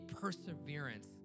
perseverance